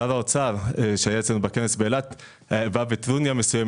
שר האוצר שהיה אצלנו בכנס באילת בא בטרוניה מסוימת,